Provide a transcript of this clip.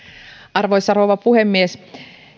arvoisa rouva puhemies